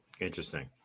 Interesting